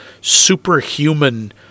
superhuman